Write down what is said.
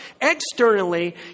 Externally